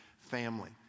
family